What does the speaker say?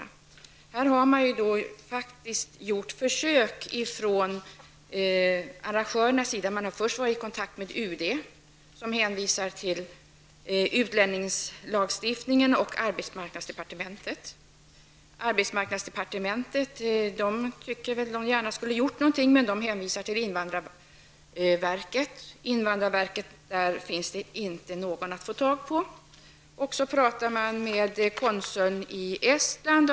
I det här fallet har arrangörerna verkligen försökt. De har först varit i kontakt med UD, som hänvisade till utlänningslagstiftningen och arbetsmarknadsdepartementet. På arbetsmarknadsdepartementet hade man gärna velat hjälpa till, men ärendet hänvisades till invandrarverket. På invandrarverket gick det inte att få tag på någon. Då tog arrangörerna kontakt med konsuln i Estland.